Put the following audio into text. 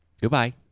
Goodbye